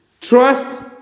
Trust